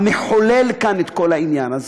המחולל כאן את כל העניין הזה,